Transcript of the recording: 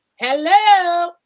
Hello